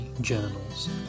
Journals